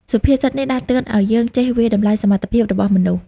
សុភាសិតនេះដាស់តឿនឱ្យយើងចេះ វាយតម្លៃសមត្ថភាពរបស់មនុស្ស។